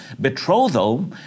betrothal